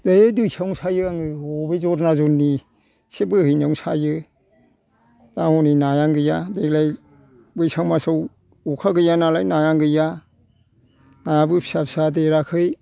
दै दैसायावनो सायो आङो ह बे जरना जरनि एसे बोहैनायावनो सायो दा हनै नायानो गैया देग्लाय बैसाग मासाव अखा गैया नालाय नायानो गैया नायाबो फिसा फिसा देराखै